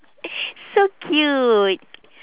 so cute